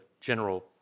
general